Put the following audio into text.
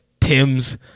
tims